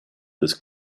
this